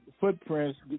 footprints